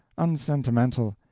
unsentimental,